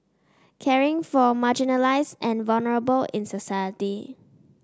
caring for marginalized and vulnerable in society